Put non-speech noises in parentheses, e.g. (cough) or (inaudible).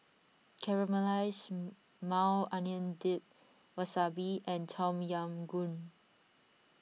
Caramelized (hesitation) Maui Onion Dip Wasabi and Tom Yam Goong